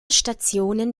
stationen